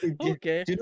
Okay